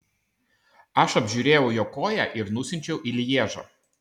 aš apžiūrėjau jo koją ir nusiunčiau į lježą